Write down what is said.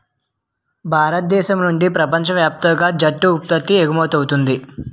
భారతదేశం నుండి ప్రపంచ వ్యాప్తంగా జూటు ఉత్పత్తి ఎగుమవుతుంది